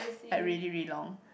like really really long